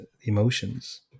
emotions